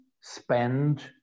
spend